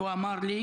והוא אמר לי: